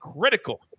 critical